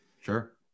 sure